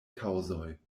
kaŭzoj